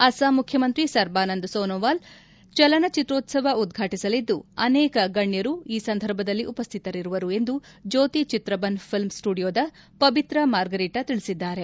ಅಸ್ಪಾಂ ಮುಖ್ಯಮಂತ್ರಿ ಸರ್ಬಾನಂದ್ ಸೋನೋವಾಲ್ ಚಲನಚಿತ್ರೋತ್ವವ ಉದ್ಘಾಟಿಸಲಿದ್ದು ಅನೆಕ ಗಣ್ಯರು ಈ ಸಂದರ್ಭದಲ್ಲಿ ಉಪಸ್ಥಿತರಿರುವರು ಎಂದು ಜ್ಯೋತಿ ಚಿತ್ರಬನ್ ಫಿಲ್ಮ್ ಸ್ನುಡಿಯೋದ ಪಬಿತ್ರಾ ಮಾರ್ಫರಿಟಾ ತಿಳಿಸಿದ್ದಾರೆ